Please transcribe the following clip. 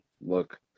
look